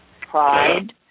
Pride